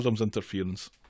interference